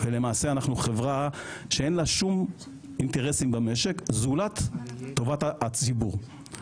ואנחנו למעשה חברה שאין לה שום אינטרסים במשק זולת טובת הציבור,